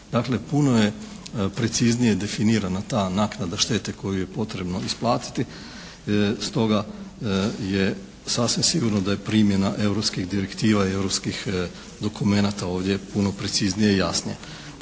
puno je preciznije definirana ta naknada štete koju je potrebno isplatiti. Stoga je sasvim sigurno da je primjena europskih direktiva i europskih dokumenata ovdje puno preciznija i jasnija.